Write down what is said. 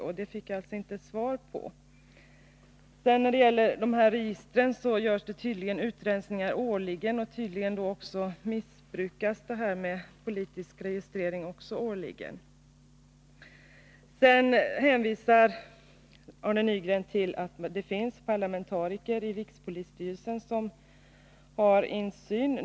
Jag fick alltså inte svar på det. När det sedan gäller registren görs det tydligen utrensningar årligen, och detta med politisk registrering missbrukas tydligen också årligen. Sedan hänvisade Arne Nygren till att det finns parlamentariker i rikspolisstyrelsen som har insyn.